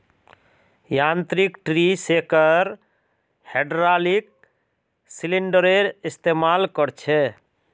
यांत्रिक tree shaker hydraulic सिलिंडरेर इस्तेमाल कर छे